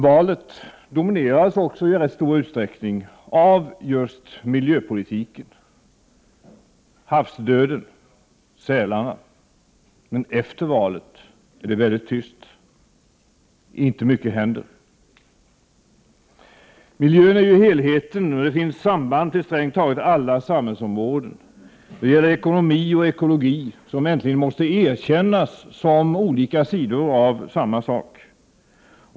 Valet dominerades också i rätt stor utsträckning av miljöpolitiken, havsdöden, sälarna. Efter valet är det dock mycket tyst — inte mycket händer. Miljön är 15 helheten, och det finns samband till strängt taget alla samhällsområden. Det gäller ekonomi och ekologi, som äntligen måste erkännas som olika sidor av samma sak.